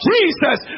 Jesus